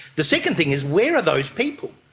the second thing is where are those people?